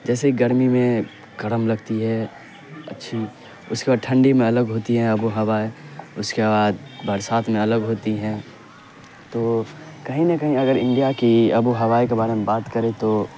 جیسے گرمی میں گرم لگتی ہے اچھی اس کے بعد ٹھنڈی میں الگ ہوتی ہیں آب و ہوا اس کے بعد برسات میں الگ ہوتی ہیں تو کہیں نہ کہیں اگر انڈیا کی آب و ہوا کے بارے میں بات کریں تو